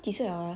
ha